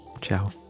Ciao